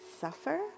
suffer